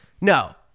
No